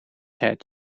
head